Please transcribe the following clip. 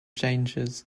changes